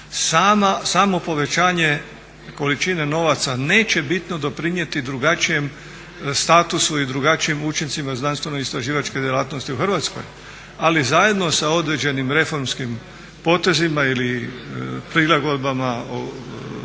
Samo povećanje količine novaca neće bitno doprinijeti drugačijem statusu i drugačijim učincima znanstveno istraživačkoj djelatnosti u Hrvatskoj ali zajedno sa određenim reformskim potezima ili prilagodbama, ja